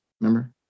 Remember